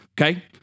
Okay